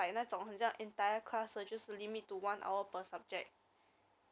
but for primary school no lah no so not so high tech